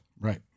Right